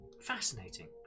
Fascinating